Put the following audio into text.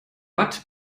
watt